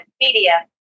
Media